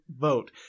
vote